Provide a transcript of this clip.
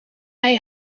hij